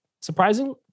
surprisingly